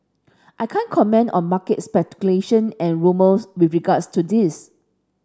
I can't comment on market speculation and rumours with regards to this